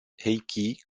heikki